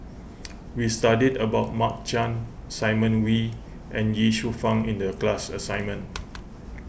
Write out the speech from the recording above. we studied about Mark Chan Simon Wee and Ye Shufang in the class assignment